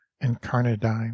incarnadine